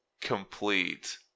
complete